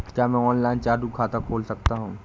क्या मैं ऑनलाइन चालू खाता खोल सकता हूँ?